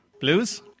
Blues